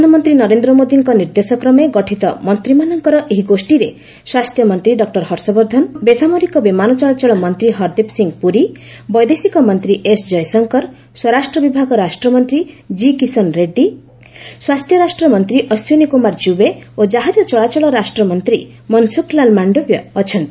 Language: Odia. ପ୍ରଧାନମନ୍ତ୍ରୀ ନରେନ୍ଦ୍ର ମୋଦିଙ୍କ ନିର୍ଦ୍ଦେଶକ୍ରମେ ଗଠିତ ମନ୍ତ୍ରୀମାନଙ୍କର ଏହି ଗୋଷୀରେ ସ୍ୱାସ୍ଥ୍ୟମନ୍ତ୍ରୀ ଡକ୍ଟର ହର୍ଷବର୍ଦ୍ଧନ ବେସାମରିକ ବିମାନ ଚଳାଚଳ ମନ୍ତ୍ରୀ ହର୍ଦୀପ ସିଂ ପୁରୀ ବୈଦେଶିକ ମନ୍ତ୍ରୀ ଏସ୍ କୟଶଙ୍କର ସ୍ୱରାଷ୍ଟ୍ର ବିଭାଗ ରାଷ୍ଟ୍ରମନ୍ତ୍ରୀ ଜି କିଶନ ରେଡ୍ଡୀ ସ୍ୱାସ୍ଥ୍ୟ ରାଷ୍ଟ୍ରମନ୍ତ୍ରୀ ଅଶ୍ୱିନୀ କୁମାର ଚୁବେ ଓ ଜାହାଜ ଚଳାଚଳ ରାଷ୍ଟ୍ରମନ୍ତ୍ରୀ ମନସୁଖ ଲାଲ ମାଣ୍ଡୋବିୟ ଅଛନ୍ତି